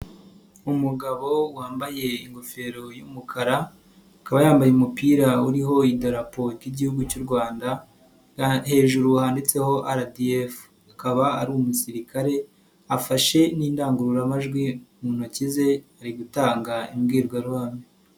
Umugabo wambaye ingofero y'umukara akaba yambaye umupira uriho idarapo ry'Igihugu cy'u Rwanda hejuru handitseho RDF akaba ari umusirikare afashe n'indangururamajwi mu ntoki ze ari gutanga imbwirwaruhame.